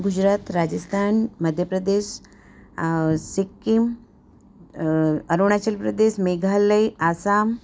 Gujarat Rajasthan Madhya Pradesh Sikkim Arunachal Pradesh Meghalaya Assam